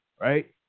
right